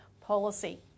policy